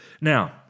Now